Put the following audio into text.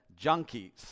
Junkies